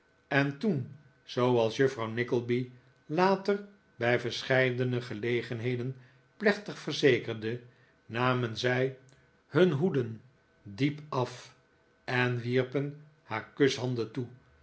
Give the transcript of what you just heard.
en toen zooals juffrouw nickleby later bij verscheidene gelegenheden plechtig verzekerde namen zij hun hoeden diep af en wierpen haar kushanden toe